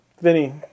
Vinny